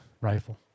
rifle